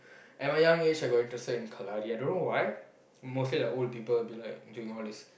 at my young age I got interested in kalari I don't know why mostly like old people would be like doing all these